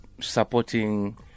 supporting